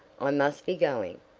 i must be going.